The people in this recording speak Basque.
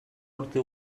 urte